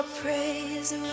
Praise